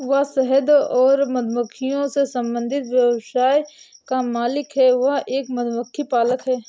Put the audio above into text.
वह शहद और मधुमक्खियों से संबंधित व्यवसाय का मालिक है, वह एक मधुमक्खी पालक है